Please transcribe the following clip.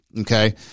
Okay